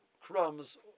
crumbs